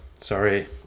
Sorry